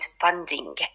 funding